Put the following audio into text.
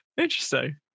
Interesting